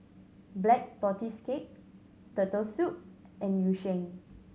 Black Tortoise Cake Turtle Soup and Yu Sheng